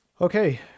Okay